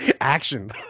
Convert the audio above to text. action